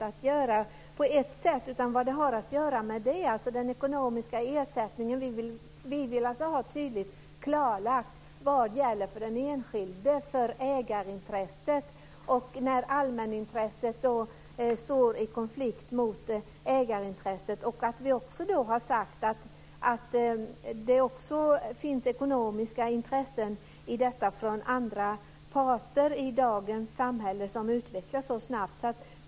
Fru talman! Nej, det har egentligen inte med snabbhet att göra, utan det har att göra med den ekonomiska ersättningen. Vi vill ha tydligt klarlagt vad som gäller för den enskilde, för ägarintresset och när allmänintresset står i konflikt med ägarintresset. Vi har också sagt att det finns ekonomiska intressen från andra parter i dagens samhälle som utvecklas så snabbt.